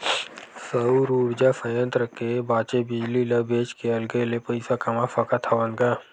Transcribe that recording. सउर उरजा संयत्र के बाचे बिजली ल बेच के अलगे ले पइसा कमा सकत हवन ग